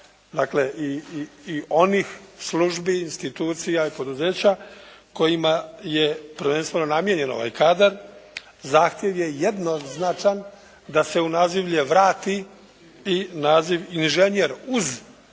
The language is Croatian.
dakle i onih službi, institucija i poduzeća kojima je prvenstveno namijenjen ovaj kadar. Zahtjev je jednoznačan da se u nazivlje vrati i naziv: "inženjer" uz,